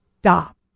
stop